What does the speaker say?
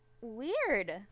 Weird